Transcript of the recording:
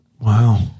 Wow